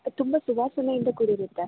ತುಂಬ ಸುವಾಸನೆಯಿಂದ ಕೂಡಿರುತ್ತೆ